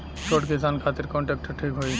छोट किसान खातिर कवन ट्रेक्टर ठीक होई?